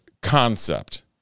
concept